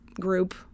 group